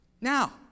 Now